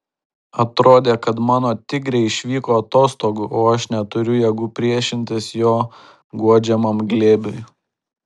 atrodė kad mano tigrė išvyko atostogų o aš neturiu jėgų priešintis jo guodžiamam glėbiui